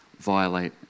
violate